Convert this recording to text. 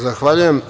Zahvaljujem.